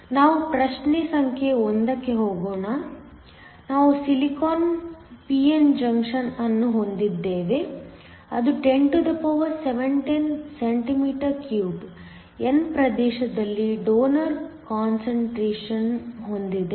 ನಾವು ಪ್ರಶ್ನೆ ಸಂಖ್ಯೆ 1 ಕ್ಕೆ ಹೋಗೋಣ ನಾವು ಸಿಲಿಕಾನ್ p n ಜಂಕ್ಷನ್ ಅನ್ನು ಹೊಂದಿದ್ದೇವೆ ಅದು 1017 cm 3 n ಪ್ರದೇಶದಲ್ಲಿ ಡೋನರ್ ಕಾನ್ಸಂಟ್ರೇಶನ್ ಹೊಂದಿದೆ